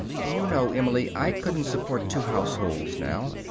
you know, emily, i couldn't support two households now.